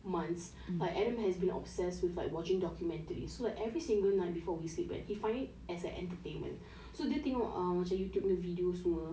months adam has been obsessed with like watching documentaries so every single night before we sleep but he finds it as an entertainment so dia tengok um macam YouTube nya video semua